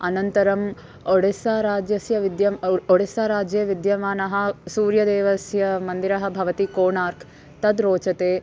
अनन्तरम् ओडिस्साराज्यस्य विद्यम् ओडिस्साराज्ये विद्यमानं सूर्यदेवस्य मन्दिरं भवति कोणार्क् तद् रोचते